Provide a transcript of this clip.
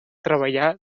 treballar